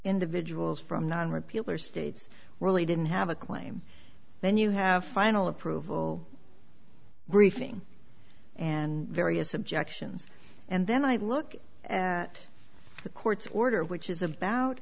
individuals from nine repeal are states really didn't have a claim then you have final approval briefing and various objections and then i look at court's order which is about